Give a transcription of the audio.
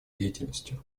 деятельностью